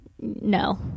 no